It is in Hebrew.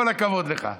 כל הכבוד לך.